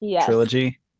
trilogy